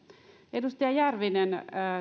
edustaja järvinen